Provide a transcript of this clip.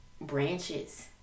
branches